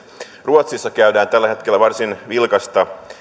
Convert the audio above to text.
ruotsissa käydään tällä hetkellä varsin vilkasta